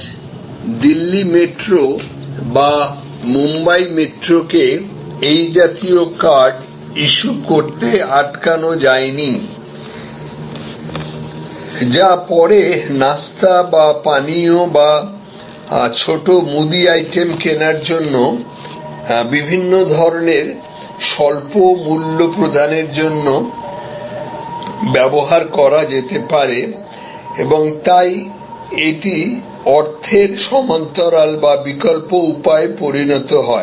আজ দিল্লি মেট্রো বা বোম্বাই মেট্রোকে এই জাতীয় কার্ড ইস্যু করতে আটকানো যায়নি যা পরে নাস্তা বা পানীয় বা ছোট মুদি আইটেম কেনার জন্য বিভিন্ন ধরণের স্বল্প মূল্য প্রদানের জন্য ব্যবহার করা যেতে পারে এবং তাই এটি অর্থের সমান্তরাল বা বিকল্প উপায়ে পরিণত হয়